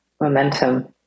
Momentum